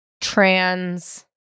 trans